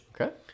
okay